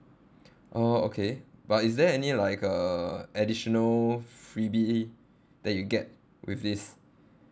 oh okay but is there any like uh additional freebie that you get with this